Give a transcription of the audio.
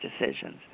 decisions